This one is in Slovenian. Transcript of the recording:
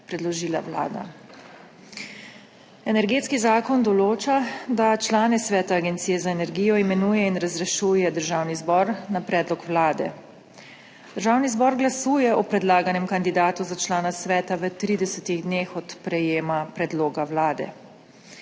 predložila Vlada. Energetski zakon določa, da člane sveta Agencije za energijo imenuje in razrešuje Državni zbor na predlog Vlade. Državni zbor glasuje o predlaganem kandidatu za člana sveta v 30 dneh od prejema predloga Vlade.